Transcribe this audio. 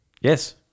Yes